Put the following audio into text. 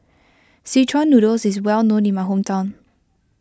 Szechuan Noodle is well known in my hometown